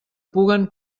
puguen